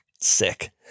Sick